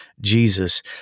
Jesus